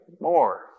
more